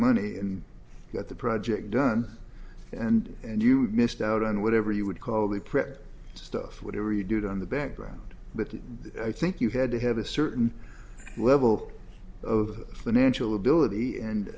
money and let the project done and and you missed out on whatever you would call the prep stuff whatever you do it on the background but i think you had to have a certain level of financial ability and